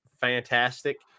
fantastic